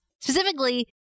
Specifically